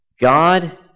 God